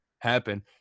happen